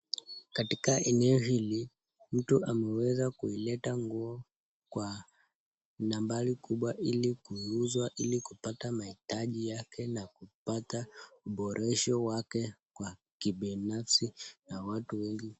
Katika eneo hili mtu ameweza kuileta nguo kwa nambari kubwa ili kuuzwa ili kupata mahitaji yake na kupata uboresho wake kwa kibinafsi na watu wengi.